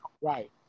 right